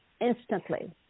instantly